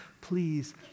please